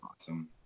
Awesome